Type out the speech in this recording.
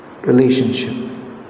relationship